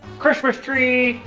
christmas tree.